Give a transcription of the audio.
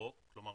לירוק כלומר,